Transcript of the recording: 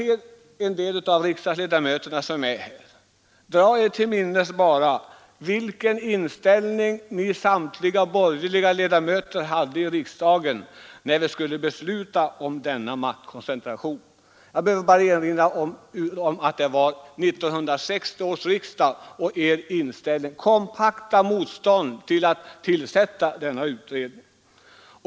Dra er till minnes vilken inställning ni, samtliga borgerliga ledamöter, hade när vi skulle besluta om denna utredning om maktkoncentration! Det var under 1960 års riksdag. Det fanns ett kompakt motstånd mot att tillsätta denna utredning.